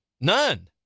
None